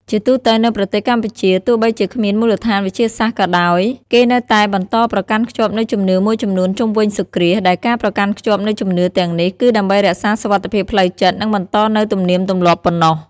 ជាទូទៅនៅប្រទេសកម្ពុជា ទោះបីជាគ្មានមូលដ្ឋានវិទ្យាសាស្ត្រក៏ដោយ គេនៅតែបន្តប្រកាន់ខ្ជាប់នូវជំនឿមួយចំនួនជុំវិញសូរ្យគ្រាស ដែលការប្រកាន់ខ្ជាប់នូវជំនឿទាំងនេះ គឺដើម្បីរក្សាសុវត្ថិភាពផ្លូវចិត្ត និងបន្ដនូវទំនៀមទម្លាប់ប៉ុណ្ណោះ ។